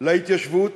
להתיישבות